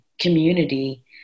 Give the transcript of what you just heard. community